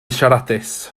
siaradus